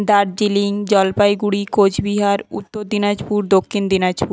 Darjeeling Jalpaiguri Cooch Behar Uttar Dinajpur Dakshin Dinajpur